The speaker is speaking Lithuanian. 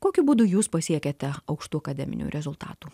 kokiu būdu jūs pasiekiate aukštų akademinių rezultatų